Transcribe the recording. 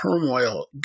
turmoil